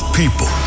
people